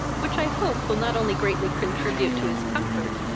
which i hope will not only greatly contribute to his comfort,